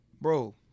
bro